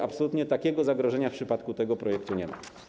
Absolutnie takiego zagrożenia w przypadku tego projektu nie ma.